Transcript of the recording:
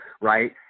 right